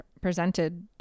presented